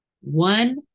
One